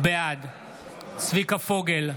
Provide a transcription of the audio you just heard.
בעד צביקה פוגל,